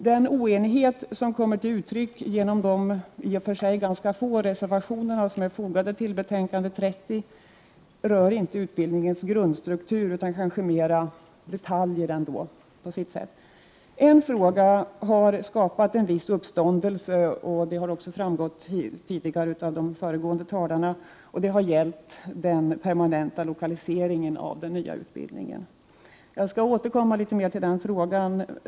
Den oenighet som kommer till uttryck i de i och för sig ganska få reservationer som är fogade till betänkande 30 rör kanske inte utbildningens grundstruktur utan mer detaljer. En fråga har skapat en viss uppståndelse, vilket också har framgått av vad tidigare talare har sagt. Det har gällt den permanenta lokaliseringen av den nya utbildningen. Jag skall återkomma litet senare till den frågan.